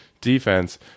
defense